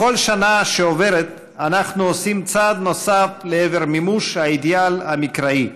בכל שנה שעוברת אנחנו עושים צעד נוסף לעבר מימוש האידיאל המקראי,